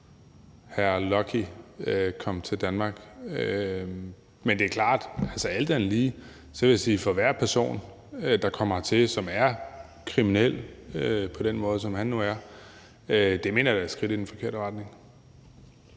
hr. Lucky kom til Danmark. Men det er klart, at alt andet lige vil jeg sige, at hver gang der kommer en person hertil, som er kriminel på den måde, som han nu er, mener jeg da det er et skridt i den forkerte retning.